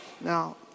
Now